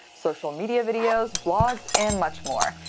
social media videos, vlogs and much more.